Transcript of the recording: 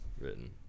written